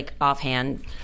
offhand